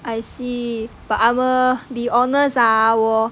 I see but I will be honest ah 我